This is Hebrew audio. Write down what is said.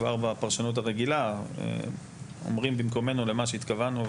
כבר בפרשנות הרגילה אומרים במקומנו למה שהתכוונו,